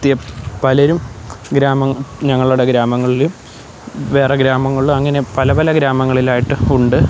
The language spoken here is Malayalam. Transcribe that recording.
എത്തി പലരും ഗ്രാമം ഞങ്ങളുടെ ഗ്രാമങ്ങളിൽ വേറെ ഗ്രാമങ്ങളും അങ്ങനെ പല പല ഗ്രാമങ്ങളിലായിട്ടുണ്ട്